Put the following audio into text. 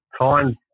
time